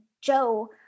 Joe